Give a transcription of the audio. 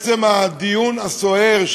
עצם הדיון הסוער,